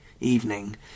evening